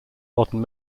modern